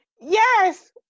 Yes